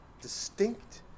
distinct